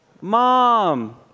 mom